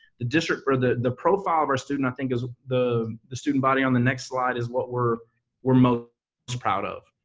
the district, or the the profile of our student, i think is the the student body on the next slide is what we're we're most proud of,